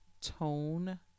tone